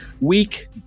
week